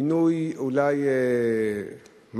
מינוי אולי מפתיע,